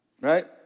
right